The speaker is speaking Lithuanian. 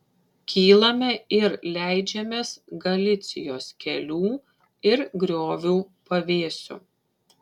kylame ir leidžiamės galicijos kelių ir griovų pavėsiu